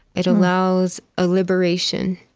it allows a liberation